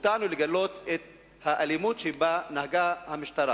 הופתענו לגלות את האלימות שבה נהגה המשטרה